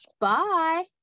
Bye